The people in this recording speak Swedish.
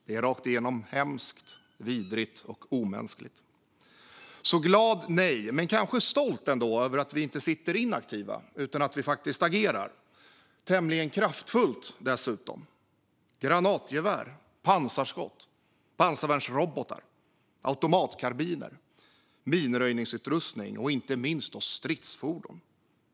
Det är rakt igenom hemskt, vidrigt och omänskligt. Glad nej, men kanske stolt ändå över att vi inte sitter inaktiva utan att vi faktiskt agerar - tämligen kraftfullt dessutom: granatgevär, pansarskott, pansarvärnsrobotar, automatkarbiner, minröjningsutrustning och inte minst stridsfordon.